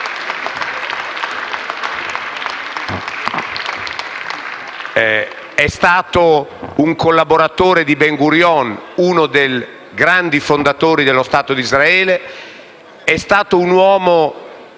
è stato un collaboratore di Ben Gurion, uno dei grandi fondatori dello Stato di Israele, è stato un uomo